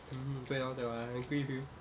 mmhmm 对 orh 对 orh I agree with you